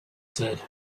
said